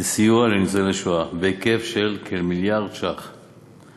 לסיוע לניצולי שואה בהיקף של כמיליארד שקלים,